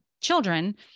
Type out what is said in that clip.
children